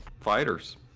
fighters